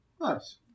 Nice